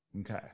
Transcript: Okay